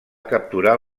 capturar